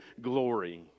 glory